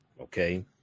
Okay